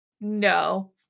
No